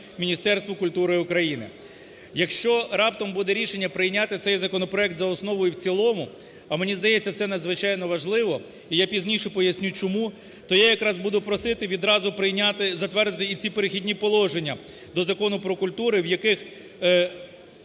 Міністерству культури України. Якщо раптом буде рішення прийняти цей законопроект за основу і в цілому, а мені здається, це надзвичайно важливо, і я пізніше поясню, чому, то я якраз буду просити відразу прийняти, затвердити ці перехідні положення до Закону "Про культуру", в яких